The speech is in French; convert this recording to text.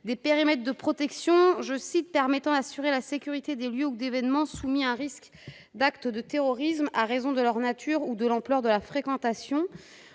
des périmètres de protection, je cite, permettant, assurer la sécurité des lieux ou d'événements, soumis à un risque d'acte de terrorisme, à raison de leur nature ou de l'ampleur de la fréquentation